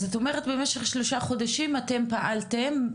אז את אומרת במשך שלושה חודשים אתם פעלתם,